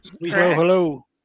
Hello